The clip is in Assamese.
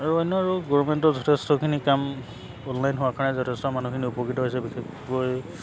আৰু অন্য আৰু গভৰ্ণমেণ্টৰ যথেষ্টখিনি কাম অনলাইন হোৱাৰ কাৰণে যথেষ্ট মানুহখিনি উপকৃত হৈছে বিশেষকৈ